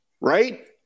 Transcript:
Right